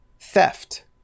theft